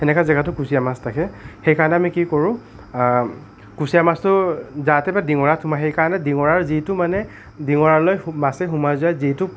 সেনেকা জেগাতো কুচীয়া মাছ থাকে সেইকাৰণে আমি কি কৰোঁ কুচীয়া মাছটো যাতে ডিঙৰাত সোমাই সেই কাৰণে ডিঙৰাৰ যিটো মানে ডিঙৰালৈ মাছে সোমাই যোৱা যিটো